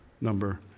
number